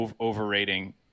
overrating